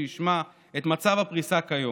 שישמע את מצב הפריסה כיום: